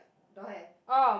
don't have